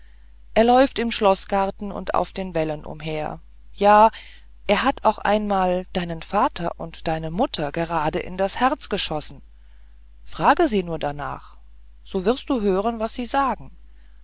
er läuft im schloßgarten und auf den wällen umher ja er hat auch einmal deinen vater und deine mutter gerade in das herz geschossen frage sie nur darnach so wirst du hören was sie sagen